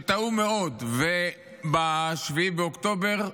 שטעו מאוד ב-7 באוקטובר,